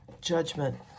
Judgment